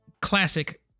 classic